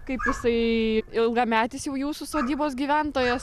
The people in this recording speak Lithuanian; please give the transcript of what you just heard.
kaip jisai ilgametis jau jūsų sodybos gyventojas